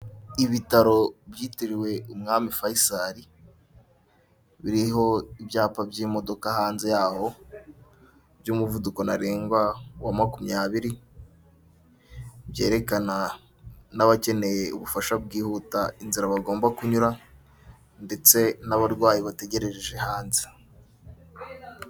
Ibitaro byitiriwe umwami Fayisari biriho ibyapa by'imodoka hanze yaho by'umuvuduko ntarengwa wa makumyabiri, byerekana n'abakeneye ubufasha bwihuta inzara bagomba kunyura ndetse n'abarwayi bategereje hanze.